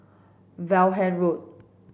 Vaughan Road